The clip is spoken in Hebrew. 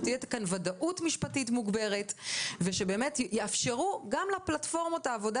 שתהיה כאן ודאות משפטית מוגברת ושיאפשרו גם לפלטפורמות העבודה